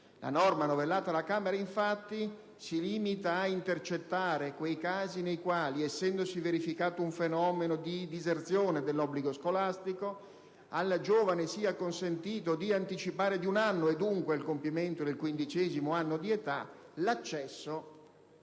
La norma novellata dalla Camera, infatti, si limita a intercettare quei casi nei quali, essendosi verificato un fenomeno di diserzione dall'obbligo scolastico, al giovane sia consentito di anticipare di un anno (e quindi al compimento del quindicesimo anno di età) l'accesso a